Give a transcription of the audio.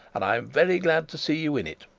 and i am very glad to see you in it.